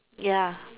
ya